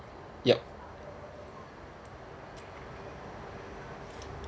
yup